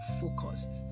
focused